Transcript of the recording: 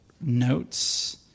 notes